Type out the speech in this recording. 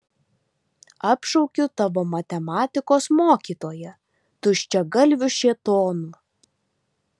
apšaukiu tavo matematikos mokytoją tuščiagalviu šėtonu